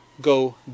go